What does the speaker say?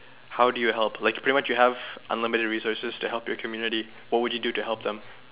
how do you help like pretty much you have unlimited resource to help your community what would you do to help them